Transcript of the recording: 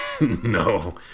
no